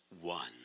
one